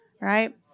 right